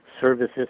services